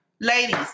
Ladies